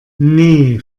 nee